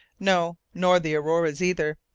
no, nor the auroras either,